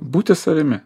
būti savimi